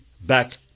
back